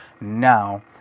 Now